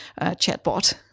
chatbot